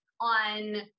on